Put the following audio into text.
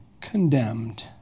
condemned